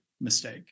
mistake